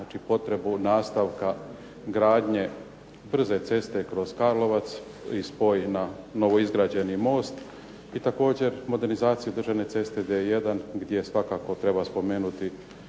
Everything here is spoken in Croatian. potrebu nastavka gradnje brze ceste kroz Karlovac i spoj na novoizgrađeni most i također modernizacija državne ceste D1 gdje svakako treba spomenuti